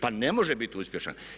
Pa ne može biti uspješan.